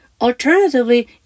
Alternatively